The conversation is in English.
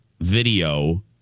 video